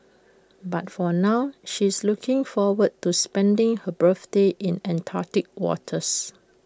but for now she is looking forward to spending her birthday in Antarctic waters